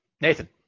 Nathan